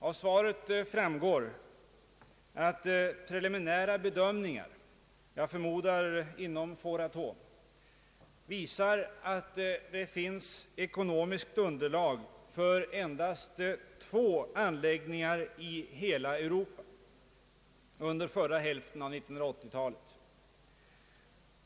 Av svaret framgår att preliminära bedömningar — jag förmodar inom Foratom — visar att det finns ekonomiskt underlag för endast två anläggningar i hela Europa under förra hälften av 1980-talet.